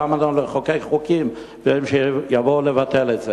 למה לנו לחוקק חוקים אם הם יבואו לבטל את זה?